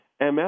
MS